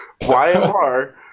YMR